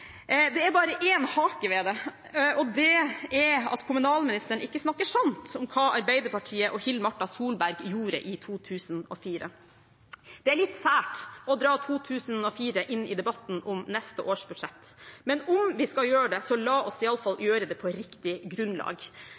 Det er bare en hake ved det, og det er at kommunalministeren ikke snakker sant om hva Arbeiderpartiet og Hill-Marta Solberg gjorde i 2004. Det er litt sært å dra 2004 inn i debatten om neste års budsjett, men om vi skal gjøre det, så la oss i alle fall gjøre det på riktig grunnlag.